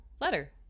letter